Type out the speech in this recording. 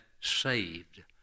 saved